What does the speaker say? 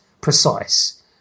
precise